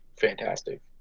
fantastic